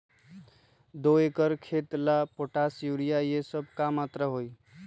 दो एकर खेत के ला पोटाश, यूरिया ये सब का मात्रा होई?